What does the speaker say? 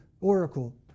oracle